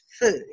food